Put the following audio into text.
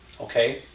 okay